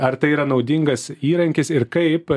ar tai yra naudingas įrankis ir kaip